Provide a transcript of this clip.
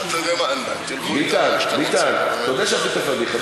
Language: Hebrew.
אתה יודע מה, ביטן, אתה יודע שעשית פדיחה.